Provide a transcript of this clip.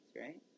right